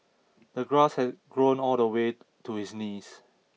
the grass had grown all the way to his knees